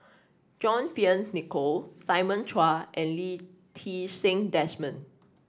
John Fearns Nicoll Simon Chua and Lee Ti Seng Desmond